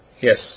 Yes